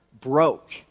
broke